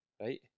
right